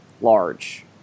large